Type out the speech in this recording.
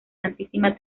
santísima